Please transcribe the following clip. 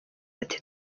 ati